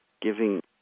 giving